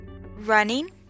running